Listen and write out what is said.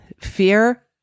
Fear